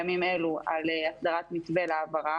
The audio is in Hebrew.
על הסדרת מתווה להעברה,